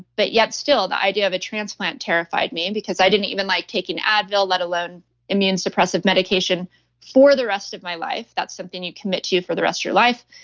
but yet still the idea of a transplant terrified me and because i didn't even like taking advil, let alone immune suppressive medication for the rest of my life. that's something you commit to you for the rest of your life.